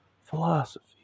philosophy